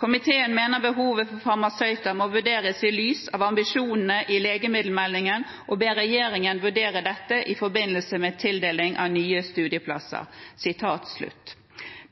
Komiteen mener behovet for farmasøyter må vurderes i lys av ambisjonene i legemiddelmeldingen, og ber regjeringen vurdere dette i forbindelse med tildeling av nye studieplasser.»